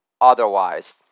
otherwise